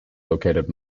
located